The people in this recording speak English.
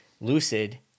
Lucid